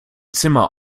zimmer